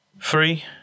three